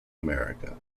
america